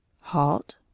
halt